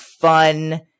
fun